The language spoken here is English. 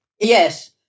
Yes